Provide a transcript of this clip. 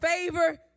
favor